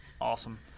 Awesome